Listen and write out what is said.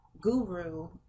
guru